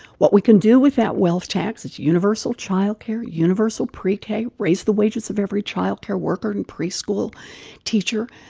what we can do with that wealth tax is universal child care, universal pre-k, raise the wages of every child care worker and preschool teacher.